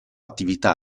attività